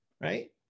right